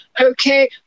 Okay